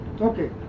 Okay. (